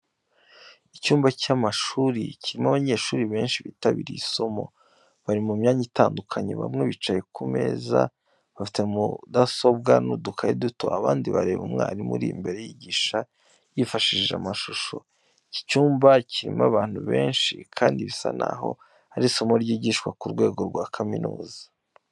Icyumba cy’amashuri kirimo abanyeshuri benshi bitabiriye isomo. Bari mu myanya itandukanye, bamwe bicaye ku meza bafite mudasobwa n’udukaye duto, abandi bareba umwarimu uri imbere yigisha yifashishije amashusho. Iki cyumba kirimo abantu benshi kandi bisa naho ari isomo ryigishwa ku rwego rwa kaminuza.